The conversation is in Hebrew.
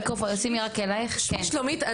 שלומית.